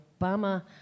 Obama